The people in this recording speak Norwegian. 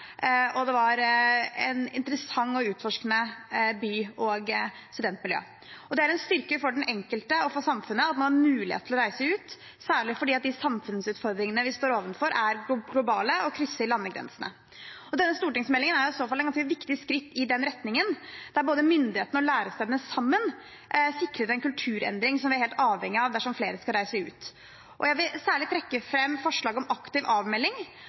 har mulighet til å reise ut, særlig fordi de samfunnsutfordringene vi står overfor, er globale og krysser landegrensene. Denne stortingsmeldingen er i så fall et ganske viktig skritt i den retningen – der både myndighetene og lærestedene sammen sikrer en kulturendring vi er helt avhengige av dersom flere skal reise ut. Jeg vil særlig trekke fram forslaget om aktiv avmelding,